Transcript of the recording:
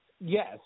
Yes